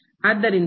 ಆದ್ದರಿಂದ ಇದು